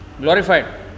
glorified